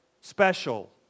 special